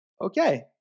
Okay